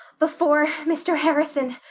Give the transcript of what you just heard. before. mr. harrison.